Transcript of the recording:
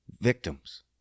victims